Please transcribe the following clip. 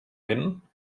vent